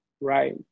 Right